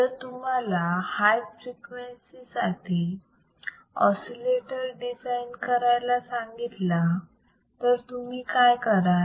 जर तुम्हाला high frequency साठी ऑसिलेटर डिझाईन करायला सांगितला तर तुम्ही काय कराल